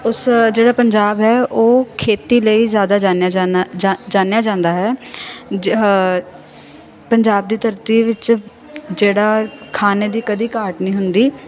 ਉਸ ਜਿਹੜਾ ਪੰਜਾਬ ਹੈ ਉਹ ਖੇਤੀ ਲਈ ਜ਼ਿਆਦਾ ਜਾਣਿਆ ਜਾਂਦਾ ਜਾ ਜਾਣਿਆ ਜਾਂਦਾ ਹੈ ਆਹ ਪੰਜਾਬ ਦੀ ਧਰਤੀ ਵਿੱਚ ਜਿਹੜਾ ਖਾਣੇ ਦੀ ਕਦੀ ਘਾਟ ਨਹੀਂ ਹੁੰਦੀ